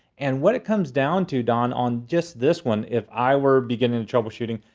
and what it comes down to, don, on just this one, if i were beginning troubleshooting.